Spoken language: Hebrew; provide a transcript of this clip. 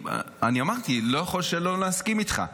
אמרתי שאני לא יכול שלא להסכים איתך,